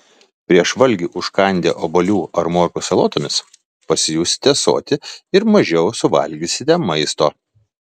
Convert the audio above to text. prieš valgį užkandę obuoliu ar morkų salotomis pasijusite soti ir mažiau suvalgysite maisto